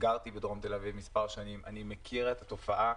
גרתי בדרום תל אביב מספר שנים ואני מכיר את התופעה.